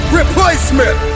replacement